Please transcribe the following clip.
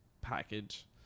package